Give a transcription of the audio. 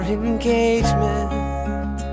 engagement